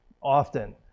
often